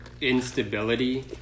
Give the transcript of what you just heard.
instability